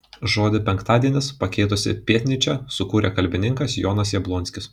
žodį penktadienis pakeitusį pėtnyčią sukūrė kalbininkas jonas jablonskis